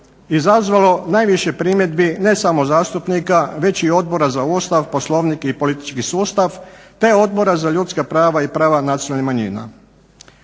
izazvalo najviše primjedbi ne samo zastupnika već i Odbora za Ustav, Poslovnik i politički sustav, te Odbora za ljudska prava i prava nacionalnih manjina.